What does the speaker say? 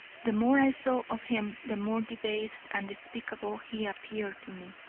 the more i saw of him, the more debased and despicable he appeared to me.